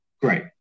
Great